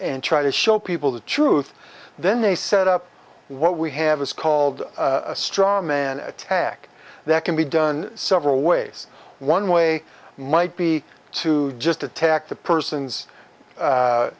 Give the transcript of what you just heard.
and try to show people the truth then they set up what we have is called a straw man attack that can be done several ways one way might be to just attack the person's